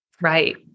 Right